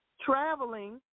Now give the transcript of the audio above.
Traveling